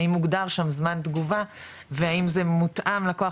האם הוגדר שם זמן תגובה והאם זה מותאם לכוח